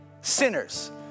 sinners